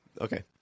okay